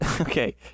Okay